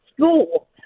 school